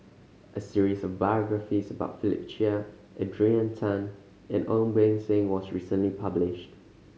a series of biographies about Philip Chia Adrian Tan and Ong Beng Seng was recently published